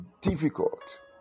difficult